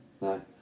No